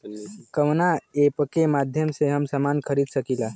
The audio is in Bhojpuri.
कवना ऐपके माध्यम से हम समान खरीद सकीला?